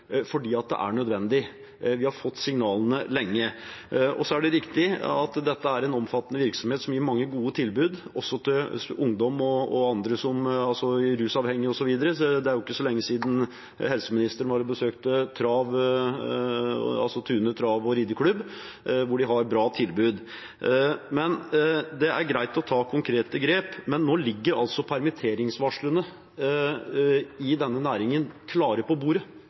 fordi det er nødvendig. Vi har fått signalene lenge. Det er riktig at dette er en omfattende virksomhet som gir mange gode tilbud, også til ungdom og andre, bl.a. rusavhengige. Det er jo ikke så lenge siden helseministeren besøkte Tune ridesenter, hvor de har et bra tilbud. Det er greit å ta konkrete grep, men nå ligger altså permitteringsvarslene i denne næringen klare på bordet.